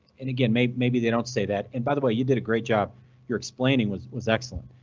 and again, maybe maybe they don't say that. and by the way you did a great job you're explaining was was excellent.